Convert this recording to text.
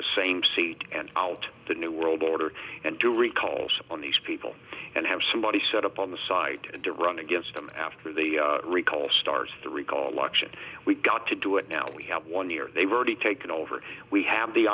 the same seat and out the new world order and do recalls on these people and have somebody set up on the side to run against them after the recall starts the recall election we've got to do it now we have one year they were already taken over we have the